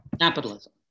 capitalism